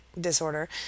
disorder